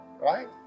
right